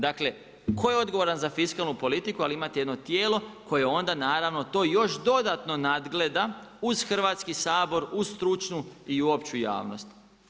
Dakle tko je odgovaran za fiskalnu politiku, ali imate jedno tijelo koje onda to još dodatno nadgleda uz Hrvatski sabor, uz stručnu i opću javnost.